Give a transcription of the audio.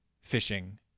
fishing